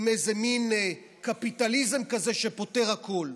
עם איזה מין קפיטליזם כזה שפותר הכול.